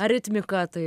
ar ritmika tai